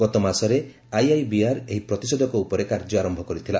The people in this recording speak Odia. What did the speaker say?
ଗତମାସରେ ଆଇଆଇବିଆର୍ ଏହି ପ୍ରତିଷେଧକ ଉପରେ କାର୍ଯ୍ୟ ଆରମ୍ଭ କରିଥିଲା